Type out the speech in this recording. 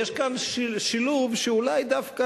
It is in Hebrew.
יש כאן שילוב שאולי דווקא,